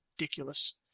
ridiculous